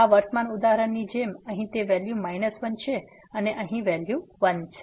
આ વર્તમાન ઉદાહરણની જેમ અહીં તે વેલ્યુ 1 છે અને અહીં વેલ્યુ 1 છે